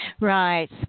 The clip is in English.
Right